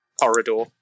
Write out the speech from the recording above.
corridor